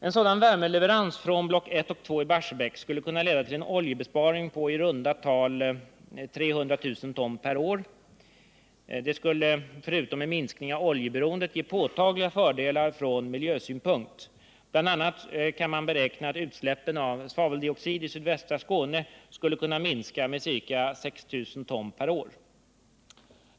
En sådan värmeleverans från block 1 och 2 i Barsebäck skulle kunna leda till en oljebesparing på i runt tal 300 000 ton per år. Förutom en minskning av oljeberoendet skulle detta ge påtagliga fördelar från miljösynpunkt. BI. a. skulle utsläppen av svaveldioxid i sydvästra Skåne kunna minska med ca 6 000 ton per år.